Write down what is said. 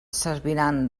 serviran